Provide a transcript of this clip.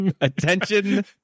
Attention